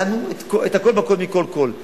בחנו את הכול בכול מכול כול.